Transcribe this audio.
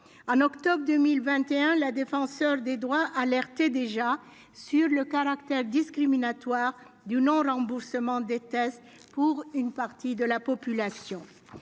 En octobre 2021, la Défenseure des droits alertait déjà sur le caractère discriminatoire du non-remboursement des tests pour une partie de la population.